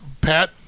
Pat